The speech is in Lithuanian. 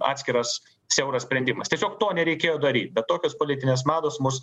atskiras siauras sprendimas tiesiog to nereikėjo daryt tokios politinės mados mus